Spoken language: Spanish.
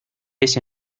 ese